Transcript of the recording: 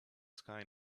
sky